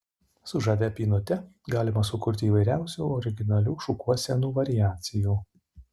su žavia pynute galima sukurti įvairiausių originalių šukuosenų variacijų